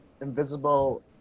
invisible